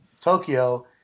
Tokyo